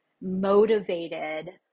motivated